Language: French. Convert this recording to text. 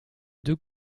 deux